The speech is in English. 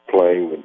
playing